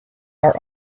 are